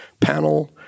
panel